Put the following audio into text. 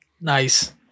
Nice